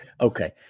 Okay